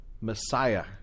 Messiah